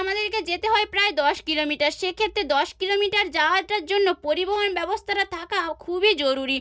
আমাদেরকে যেতে হয় প্রায় দশ কিলোমিটার সেক্ষেত্রে দশ কিলোমিটার যাওয়াটার জন্য পরিবহণ ব্যবস্থাটা থাকাও খুবই জরুরি